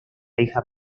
hija